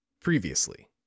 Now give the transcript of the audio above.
previously